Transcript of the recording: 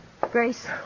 Grace